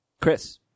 Chris